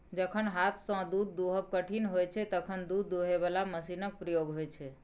जखन हाथसँ दुध दुहब कठिन होइ छै तखन दुध दुहय बला मशीनक प्रयोग होइ छै